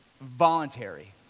Voluntary